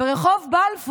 לאן נגיע?